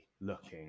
looking